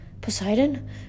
Poseidon